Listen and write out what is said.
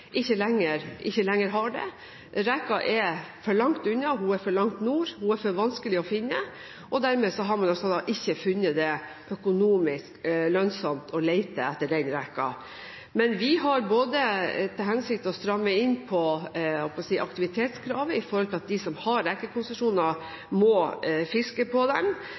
lenger har det. Reka er for langt unna, den er for langt nord, den er for vanskelig å finne, og dermed har man ikke funnet det økonomisk lønnsomt å lete etter den. Men vi har til hensikt å stramme inn på aktivitetskrav med hensyn til at de som har rekekonsesjoner, må fiske på